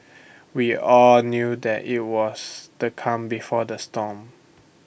we all knew that IT was the calm before the storm